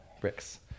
bricks